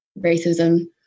racism